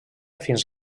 fins